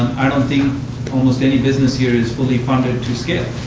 i don't think almost any business here is fully funded to scale.